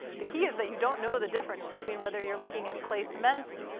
the key is that you don't know the difference between whether you're looking at clay cements,